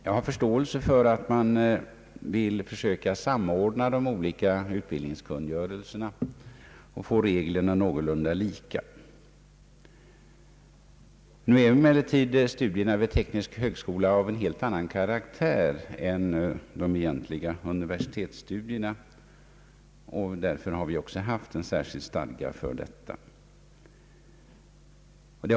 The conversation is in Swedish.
Jag har förståelse för att man vill försöka samordna de olika utbildningskungörelserna och få reglerna någorlunda lika. Studierna vid teknisk högskola är emellertid av en helt annan ka raktär än de egentliga universitetsstudierna, och därför har vi också haft en särskild stadga för de tekniska högskolorna.